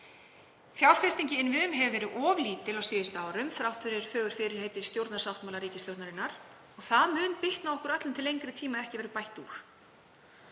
Fjárfesting í innviðum hefur verið of lítil á síðustu árum þrátt fyrir fögur fyrirheit í stjórnarsáttmála ríkisstjórnarinnar. Það mun bitna á okkur öllum til lengri tíma ef ekki verður bætt úr.